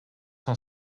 cent